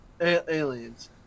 aliens